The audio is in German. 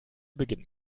beginnt